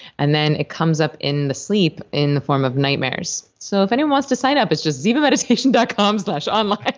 and then it comes up in the sleep in the form of nightmares so if anyone wants to sign up, it's just zivameditation dot com slash online.